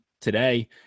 today